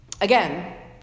Again